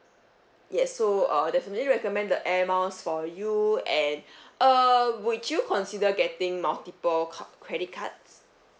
yes so uh definitely recommend the air miles for you and err would you consider getting multiple ca~ credit cards